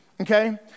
okay